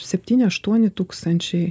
septyni aštuoni tūkstančiai